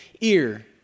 ear